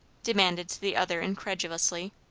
demanded the other incredulously.